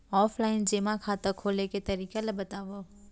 Offline जेमा खाता खोले के तरीका ल बतावव?